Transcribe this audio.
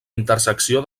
intersecció